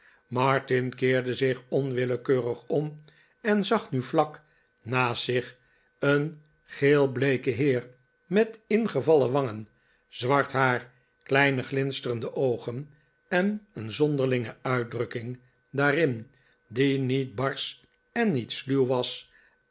martin keerde zich onwillekeurig om en zag nu vlak naast zich een geelbleeke heer met ingevallen wangen zwart haar kleine glinsterende oogen en een zonderlinge uitdrukking daarin die niet barsch en niet sluw was